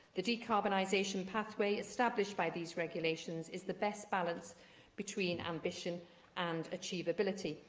the decarbonisation pathway established by these regulations is the best balance between ambition and achievability.